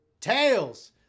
Tails